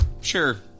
Sure